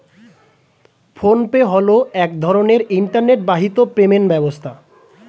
phone pay হলো এক ধরনের ইন্টারনেট বাহিত পেমেন্ট ব্যবস্থা